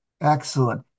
excellent